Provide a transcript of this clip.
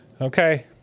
okay